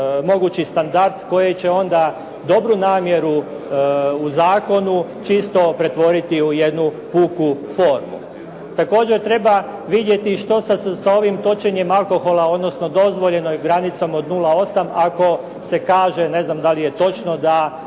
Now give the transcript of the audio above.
mogući standard koji će onda dobru namjeru u zakonu čisto pretvoriti u jednu puku formu. Također treba vidjeti što sa ovim točenjem alkohola, odnosno dozvoljenom granicom od 0,8 ako se kaže ne znam da li je točno da